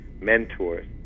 Mentors